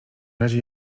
razie